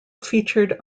featured